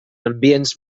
ambients